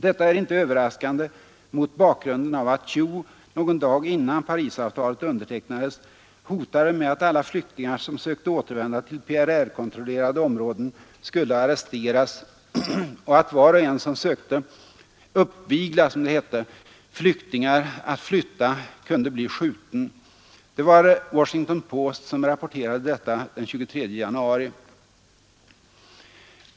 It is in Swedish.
Detta är inte överraskande mot bakgrunden av att Thieu någon dag innan Parisavtalet undertecknades hotade med att alla flyktingar som sökte återvända till PRR-kontrollerade områden skulle arresteras och att var och en som sökte ”uppvigla” flyktingar att flytta kunde bli skjuten. Det var Washington Post som rapporterade detta den 23 januari.